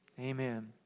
Amen